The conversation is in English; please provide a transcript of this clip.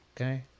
Okay